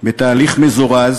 בתהליך מזורז